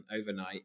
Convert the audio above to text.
overnight